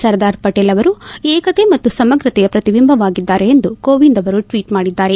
ಸರ್ದಾರ್ ಪಟೇಲ್ ಅವರು ಏಕತೆ ಮತ್ತು ಸಮಗ್ರತೆಯ ಪ್ರತಿಬಿಂಬವಾಗಿದ್ದಾರೆ ಎಂದು ಕೋವಿಂದ್ ಅವರು ಟ್ವೀಟ್ ಮಾಡಿದ್ದಾರೆ